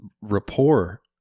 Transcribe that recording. rapport